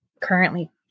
currently